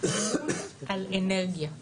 אמון על אנרגיה.